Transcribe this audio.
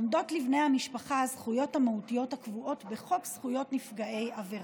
עומדות לבני המשפחה הזכויות המהותיות הקבועות בחוק זכויות נפגעי עבירה.